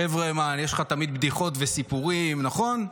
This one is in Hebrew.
חברה'מן, יש לך תמיד בדיחות וסיפורים, נכון?